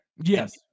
Yes